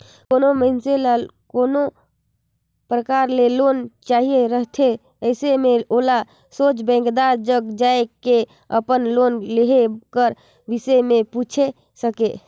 कोनो मइनसे ल कोनो परकार ले लोन चाहिए रहथे अइसे में ओला सोझ बेंकदार जग जाए के अपन लोन लेहे कर बिसे में पूइछ सके